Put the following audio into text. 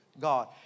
God